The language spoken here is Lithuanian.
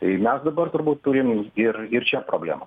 tai mes dabar turbūt turim ir ir čia problemą